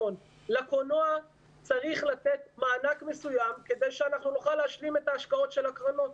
לקולנוע צריך לתת מענק מסוים כדי שנוכל להשלים את ההשקעות של הקרנות.